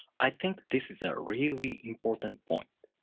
i think this is a really important point